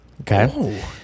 Okay